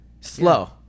slow